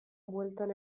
bueltan